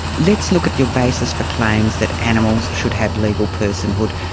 let's look at your basis for claims that animals should have legal personhood.